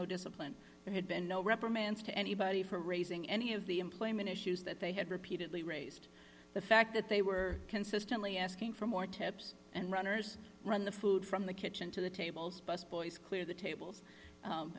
no discipline there had been no reprimands to anybody for raising any of the employment issues that they had repeatedly raised the fact that they were consistently asking for more tips and runners run the food from the kitchen to the tables busboys clear the tables